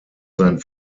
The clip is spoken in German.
sein